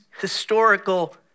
historical